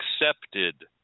accepted